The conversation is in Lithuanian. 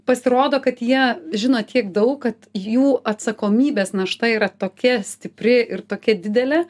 pasirodo kad jie žino tiek daug kad jų atsakomybės našta yra tokia stipri ir tokia didelė